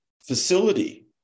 facility